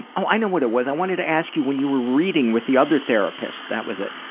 i know what it was, i wanted to ask you, when you were reading with the other therapist, that was it,